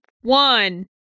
One